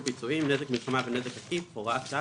פיצויים) (נזק מלחמה ונזק עקיף) (הוראת שעה),